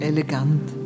Elegant